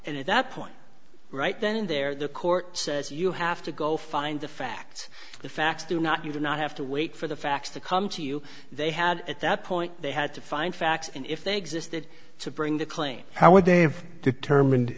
and at that point right then and there the court says you have to go find the facts the facts do not you do not have to wait for the facts to come to you they had at that point they had to find facts and if they existed to bring the claim how would they have determine